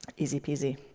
easy peasy.